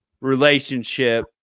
relationship